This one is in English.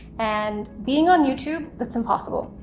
and being on youtube that's impossible.